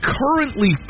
currently